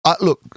look